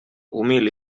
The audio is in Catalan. humil